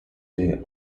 day